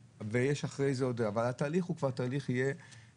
ויש שם עוד איזה שהוא דיוק של שטח בכביש גישה.